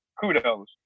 Kudos